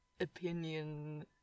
opinion